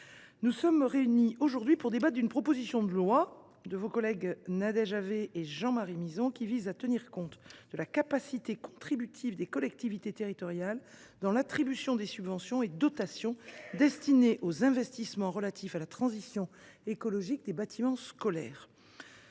nous sommes réunis aujourd’hui pour débattre d’une proposition de loi de vos collègues Nadège Havet et Jean Marie Mizzon, qui vise à tenir compte de la capacité contributive des collectivités territoriales dans l’attribution des subventions et dotations destinées aux investissements relatifs à la transition écologique des bâtiments scolaires.